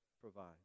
provide